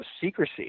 secrecy